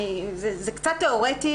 זה קצת תיאורטי,